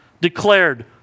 declared